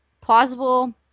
Plausible